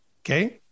Okay